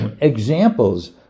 examples